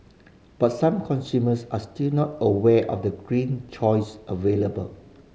but some consumers are still not aware of the green choice available